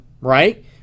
right